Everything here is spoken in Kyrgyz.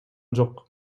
жок